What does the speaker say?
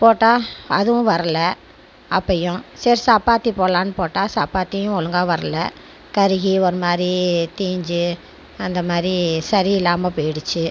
போட்ட அதுவும் வரலை அப்போயும் சரி சப்பாத்தி போடலான்னு போட்டால் சப்பாத்தியும் ஒழுங்காக வரலை கருகி ஒருமாறி தீஞ்சி அந்தமாறி சரி இல்லாமல் போயிடுச்சி